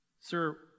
Sir